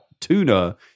tuna